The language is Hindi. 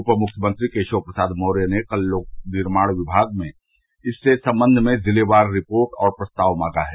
उप मुख्यमंत्री केशव प्रसाद मौर्य ने कल लोक निर्माण विभाग से इस संबंध में जिलेवार रिपोर्ट और प्रस्ताव मांगा है